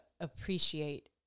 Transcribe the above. appreciate